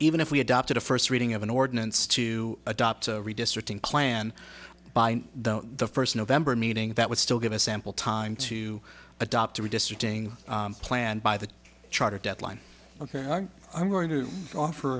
even if we adopted a first reading of an ordinance to adopt redistricting plan by the the first november meeting that would still give us ample time to adopt a redistricting plan by the charter deadline ok i'm going to offer